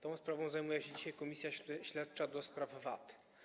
Tą sprawą zajmuje się dzisiaj komisja śledcza do spraw VAT.